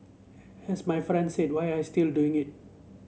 has my friend said why are still doing it